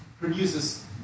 produces